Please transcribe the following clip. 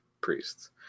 priests